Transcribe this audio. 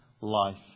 life